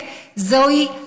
cap זה הגג,